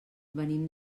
venim